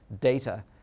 data